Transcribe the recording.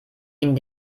ihm